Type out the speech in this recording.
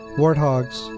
warthogs